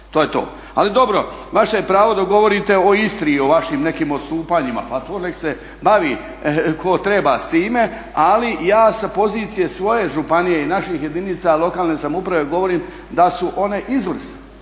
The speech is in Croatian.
Ali dobro, vaše je pravo da govorite o Istri i o vašim nekim odstupanjima, pa to nek' se bavi tko treba s time. Ali ja sa pozicije svoje županije i naših jedinica lokalne samouprave govorim da su one izvrsne,